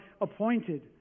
appointed